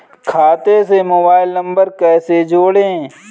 खाते से mobile number कैसे जोड़ें?